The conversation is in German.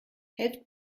helft